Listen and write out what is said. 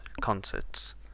concerts